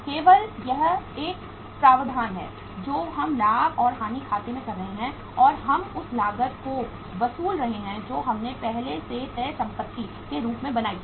केवल यह एक प्रावधान है जो हम लाभ और हानि खाते में कर रहे हैं और हम उस लागत को वसूल रहे हैं जो हमने पहले से तय संपत्ति के रूप में बनाई है